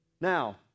Now